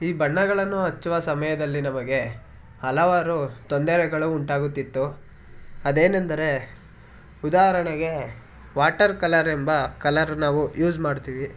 ಈ ಬಣ್ಣಗಳನ್ನು ಹಚ್ಚುವ ಸಮಯದಲ್ಲಿ ನಮಗೆ ಹಲವಾರು ತೊಂದರೆಗಳು ಉಂಟಾಗುತಿತ್ತು ಅದೇನೆಂದರೆ ಉದಾಹರಣೆಗೆ ವಾಟರ್ ಕಲರ್ ಎಂಬ ಕಲರ್ ನಾವು ಯೂಸ್ ಮಾಡ್ತೀವಿ